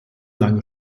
lange